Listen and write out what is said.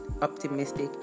optimistic